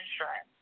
insurance